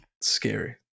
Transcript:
scary